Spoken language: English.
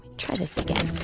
try this again.